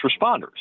responders